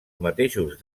mateixos